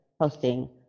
hosting